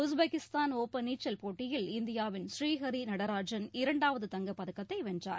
Uzbekistan open நீச்சல் போட்டியில் இந்தியாவின் ஸ்ரீஹரி நடராஜன் இரண்டாவது தங்கப்பதக்கத்தை வென்றார்